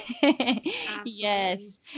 Yes